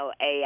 AI